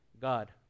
God